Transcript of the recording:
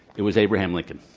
it was abraham lincoln.